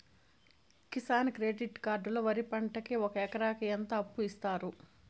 Kisan credit card లో వరి పంటకి ఒక ఎకరాకి ఎంత అప్పు ఇస్తారు?